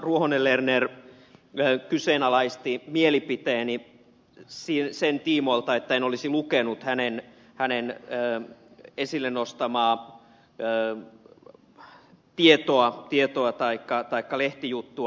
ruohonen lerner kyseenalaisti mielipiteeni sen tiimoilta että en olisi lukenut hänen esille nostamaansa tietoa taikka lehtijuttua